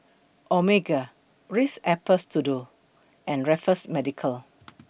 Omega Ritz Apple Strudel and Raffles Medical